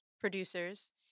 producers